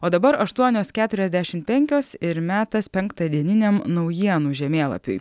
o dabar aštuonios keturiasdešim penkios ir metas penktadieniniam naujienų žemėlapiui